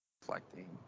reflecting